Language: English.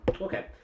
Okay